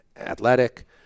athletic